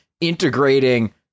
integrating